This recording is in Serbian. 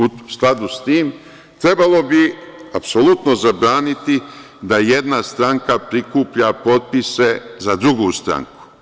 U skladu s tim, trebalo bi apsolutno zabraniti da jedna stranka prikuplja potpise za drugu stranku.